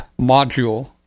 module